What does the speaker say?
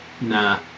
Nah